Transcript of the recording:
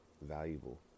valuable